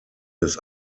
des